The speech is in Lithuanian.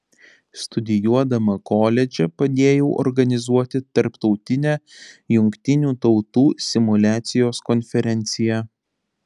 studijuodama koledže padėjau organizuoti tarptautinę jungtinių tautų simuliacijos konferenciją